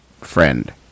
friend